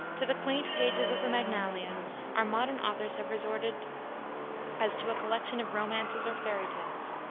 to the quaint pages of the magnalia our modern authors have resorted as to a collection of romances or fairy tales.